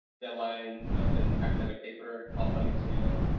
deadline of an academic paper, qualifying exam.